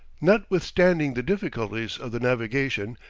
notwithstanding the difficulties of the navigation,